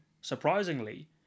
surprisingly